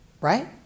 Right